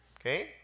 Okay